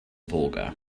volga